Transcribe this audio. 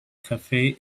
cafe